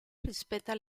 rispetta